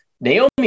Naomi